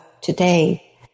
today